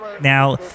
now